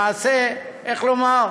למעשה, איך לומר,